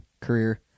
career